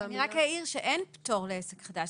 אני רק אעיר שאין פטור לעסק חדש.